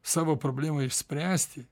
savo problemą išspręsti